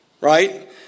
Right